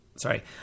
Sorry